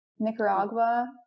Nicaragua